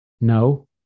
No